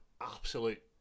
Absolute